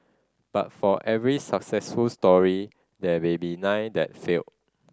but for every successful story there may be nine that failed